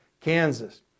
Kansas